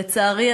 לצערי,